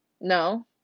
No